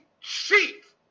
chief